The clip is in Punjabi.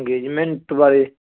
ਅੰਗੇਜ਼ਮੈਂਟ ਬਾਰੇ